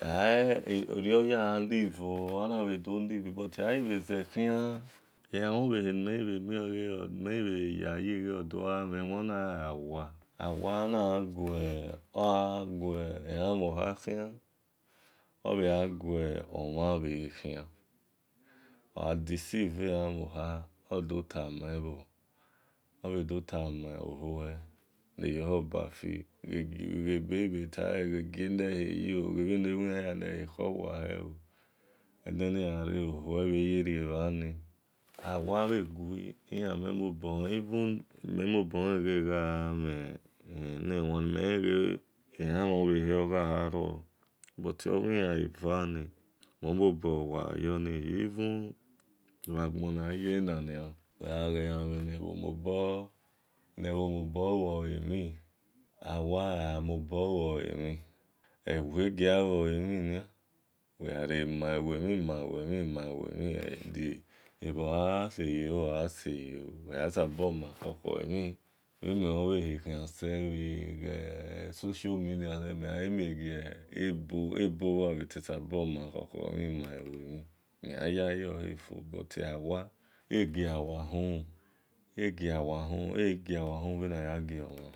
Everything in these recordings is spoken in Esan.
Erio aya live oh but aghi bhedo zekhin elamhom bhehe nimhe lenlen omhen wan onaghayi awa awa agha ghuelamhon uhian obhe gha guawakhian ogha deceive elamhohan odhotamghon obhedotama obue neyohobafi gheieleheyi oh ghebhe neyawe lehekhowa oh elamhen obhehe ogharo but oghilavevani mo mobor wa yoniyi even bhe-agbon naghiye nanian awa ebho moborluo lemhien ewe ghia male mhin even uweghare man okhokho emhin ewe giamalemhin mhe-nimen sekhianse bhi social media ebo bhoghabhe sabor maokhokho emhin memhan yayi ohe fo but awa eghia wa uhumhun bhe naya ghi omhan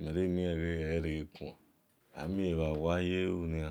uhumhun merelen ereguan